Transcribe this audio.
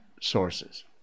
sources